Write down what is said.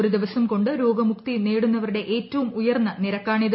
ഒരു ദിവസം കൊണ്ട് രോഗമുക്തി നേടുന്നവരുടെ ഏറ്റവും ഉയർന്ന നിരക്കാണ്ട് ഇത്